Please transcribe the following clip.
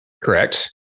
Correct